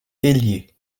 ailier